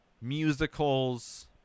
musicals